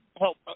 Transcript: help